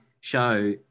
show